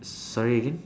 sorry again